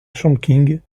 chongqing